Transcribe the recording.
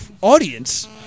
audience